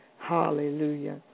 Hallelujah